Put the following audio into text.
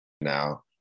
now